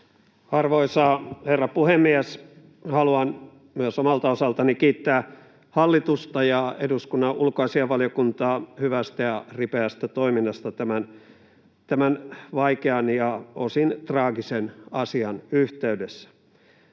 Arvoisa herra puhemies! Haluan myös omalta osaltani kiittää hallitusta ja eduskunnan ulkoasiainvaliokuntaa hyvästä ja ripeästä toiminnasta tämän vaikean ja osin traagisen asian yhteydessä.